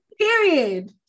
period